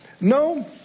No